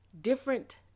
different